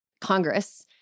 Congress